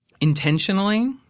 intentionally